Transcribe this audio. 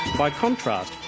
by contrast,